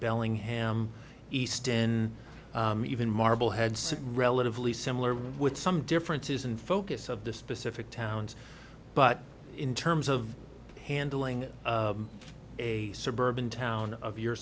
bellingham east in even marblehead signal relatively similar with some differences in focus of the specific towns but in terms of handling a suburban town of your